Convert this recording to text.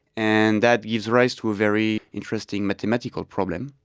and that gives rise to a very interesting mathematical problem.